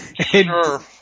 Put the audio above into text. Sure